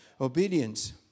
Obedience